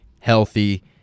healthy